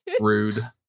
Rude